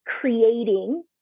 creating